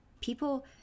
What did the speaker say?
people